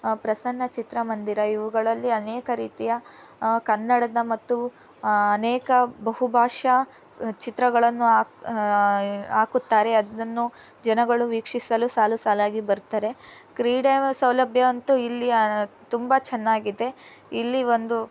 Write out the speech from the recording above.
ಪ್ರಸನ್ನ ಚಿತ್ರಮಂದಿರ ಇವುಗಳಲ್ಲಿ ಅನೇಕ ರೀತಿಯ ಕನ್ನಡದ ಮತ್ತು ಅನೇಕ ಬಹುಭಾಷಾ ಚಿತ್ರಗಳನ್ನು ಹಾಕಿ ಹಾಕುತ್ತಾರೆ ಅದನ್ನು ಜನಗಳು ವೀಕ್ಷಿಸಲು ಸಾಲು ಸಾಲಾಗಿ ಬರ್ತಾರೆ ಕ್ರೀಡೆ ಸೌಲಭ್ಯ ಅಂತೂ ಇಲ್ಲಿಯ ತುಂಬಾ ಚೆನ್ನಾಗಿದೆ ಇಲ್ಲಿ ಒಂದು